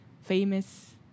famous